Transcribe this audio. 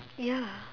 ya